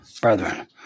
brethren